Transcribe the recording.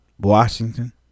Washington